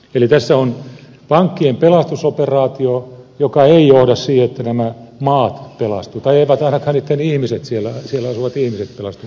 eli tässä on pankkien pelastusoperaatio joka ei johda siihen että nämä maat pelastuvat tai eivät ainakaan siellä asuvat ihmiset pelastu mihinkään